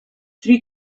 three